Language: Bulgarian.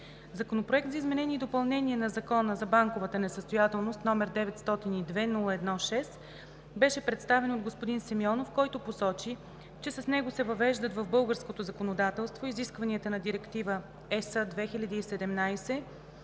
Законопроектът за изменение и допълнение на Закона за банковата несъстоятелност, № 902-01-6, беше представен от господин Симеонов, който посочи, че с него се въвеждат в българското законодателство изискванията на Директива (ЕС)